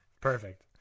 Perfect